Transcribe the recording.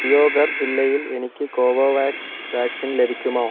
ദിയോഘർ ജില്ലയിൽ എനിക്ക് Covovax vaccine ലഭിക്കുമോ